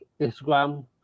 Instagram